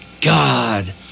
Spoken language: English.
God